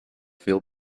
veel